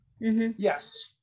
Yes